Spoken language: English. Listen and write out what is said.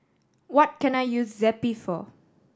what can I use Zappy for